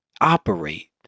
operate